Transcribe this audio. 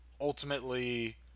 ultimately